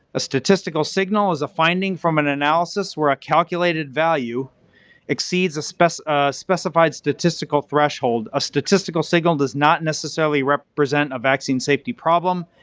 a statistical signal is a finding from an analysis where a calculated value exceeds a specified a specified statistical threshold. a statistical signal does not necessarily represent a vaccine safety problem,